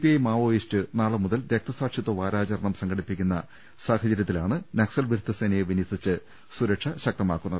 I Maoist നാളെ മുതൽ രക്തസാക്ഷിത്വ വാരാചാരണം സംഘടിപ്പി ക്കുന്ന സാഹചരൃത്തിലാണ് നക്സൽ വിരുദ്ധ സേനയെ വിന്യസിച്ച് സുരക്ഷ ശക്തമാ ക്കുന്നത്